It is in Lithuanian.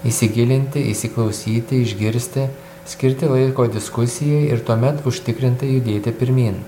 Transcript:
įsigilinti įsiklausyti išgirsti skirti laiko diskusijai ir tuomet užtikrintai judėti pirmyn